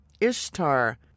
Ishtar